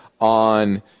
on